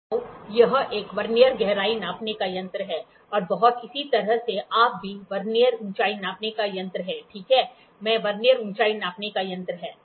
तो यह एक वर्नियर गहराई नापने का यंत्र है और बहुत इसी तरह से आप भी वर्नियर ऊंचाई नापने का यंत्र है ठीक है मैं वर्नियर ऊंचाई नापने का यंत्र है